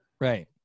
right